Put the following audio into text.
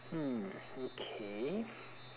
hmm okay